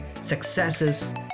successes